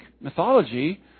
mythology